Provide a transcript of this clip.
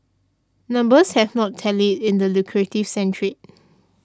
numbers have not tallied in the lucrative sand trade